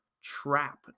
trap